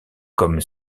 comme